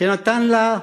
שנתן לה,